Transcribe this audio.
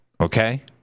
okay